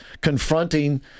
confronting